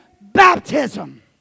baptism